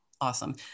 Awesome